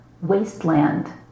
wasteland